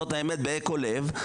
זאת האמת באקו לב,